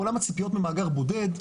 בעולם הציפיות ממאגר בודד,